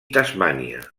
tasmània